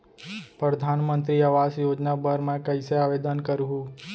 परधानमंतरी आवास योजना बर मैं कइसे आवेदन करहूँ?